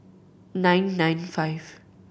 nine nine five